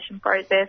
process